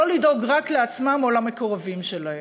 לא לדאוג רק לעצמם או למקורבים שלהם.